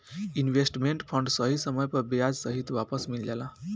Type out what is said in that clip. investment fund सही समय पर ब्याज सहित वापस मिल जाला